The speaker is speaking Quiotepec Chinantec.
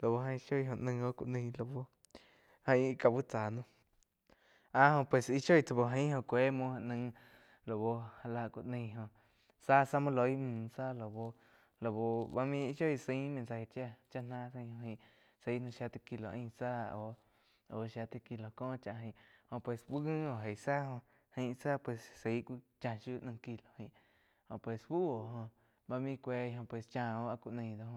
laú jain shoi naig oh ku naig lau aing íh ká uh chá noh áh pues íh shoi chá uh gain oh kue móu já naih já la ku nai joh záh za muo loig mú zá lau-lau bá main shoi záin chá náh shía tai kilo ain záh au zhía tai kilo có chá jain jo pues úh ngi oh géi záh go gein pues zái ku chá shiu naih kilo oh pues fu oh joh maín kuei pues chá oh áh ku naí doh.